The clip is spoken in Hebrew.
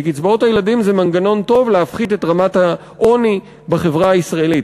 כי קצבאות הילדים זה מנגנון טוב להפחית את רמת העוני בחברה הישראלית.